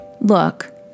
Look